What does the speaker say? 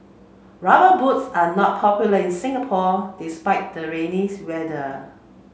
rubber boots are not popular in Singapore despite the rainy's weather